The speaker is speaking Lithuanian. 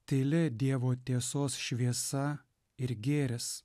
tyli dievo tiesos šviesa ir gėris